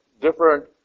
different